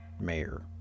Mayor